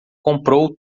comprou